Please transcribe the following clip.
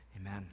amen